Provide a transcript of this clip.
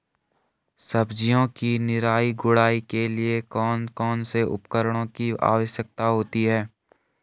सब्जियों की निराई गुड़ाई के लिए कौन कौन से उपकरणों की आवश्यकता होती है?